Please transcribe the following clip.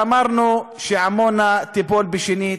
ואמרנו שעמונה תיפול בשנית